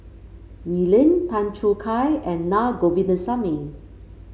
Wee Lin Tan Choo Kai and Naa Govindasamy